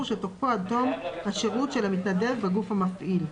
שתוקפו עד תום השירות של המתנדבבגוף המפעיל.